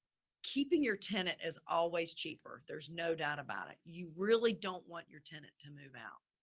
keeping your tenant is always cheaper. there's no doubt about it. you really don't want your tenant to move out,